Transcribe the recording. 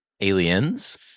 Aliens